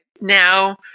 now